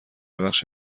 بخش